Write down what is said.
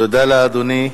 תודה לאדוני.